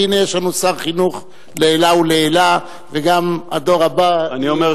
והנה יש לנו שר חינוך לעילא ולעילא וגם הדור הבא יהיה